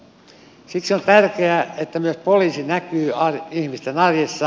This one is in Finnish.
siksi on tärkeää että myös poliisi näkyy ihmisten arjessa